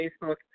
Facebook